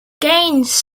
gaines